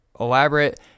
elaborate